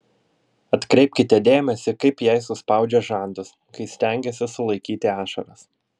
atkreipkite dėmesį kaip jei suspaudžia žandus kai stengiasi sulaikyti ašaras